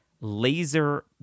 laser